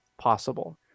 possible